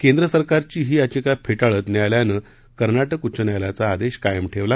केंद्र सरकारची ही याचिका फेटाळत न्यायालयानं कर्नाटक उच्च न्यायालयाचा आदेश कायम ठेवला